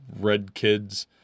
redkids